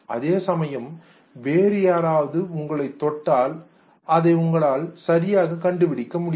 அதே சமயம் வேறு யாராவது உங்களைத் தொட்டால் அதை உங்களால் சரியாக கண்டுபிடிக்க முடியாது